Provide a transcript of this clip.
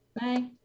bye